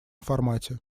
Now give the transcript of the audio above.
формате